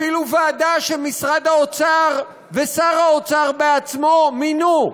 אפילו ועדה שמשרד האוצר ושר האוצר בעצמו מינו.